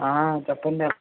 చెప్పండి